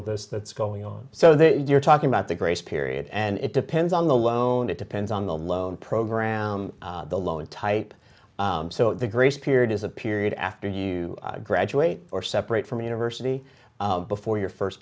of this that's going on so that you're talking about the grace period and it depends on the loan it depends on the loan program the loan type so the grace period is a period after you graduate or separate from university before your first